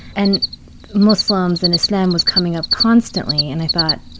and muslims and islam was coming up constantly, and i thought,